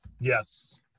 yes